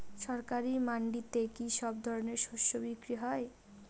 সরকারি মান্ডিতে কি সব ধরনের শস্য বিক্রি হয়?